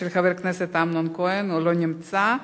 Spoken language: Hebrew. של חבר הכנסת אמנון כהן, הוא לא נמצא.